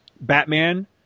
Batman